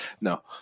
No